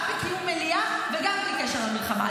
גם בקיום מליאה וגם בלי קשר למלחמה,